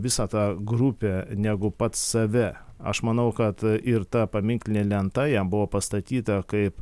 visą tą grupę negu pats save aš manau kad ir ta paminklinė lenta jam buvo pastatyta kaip